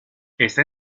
esta